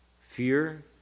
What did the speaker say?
fear